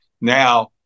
now